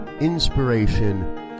inspiration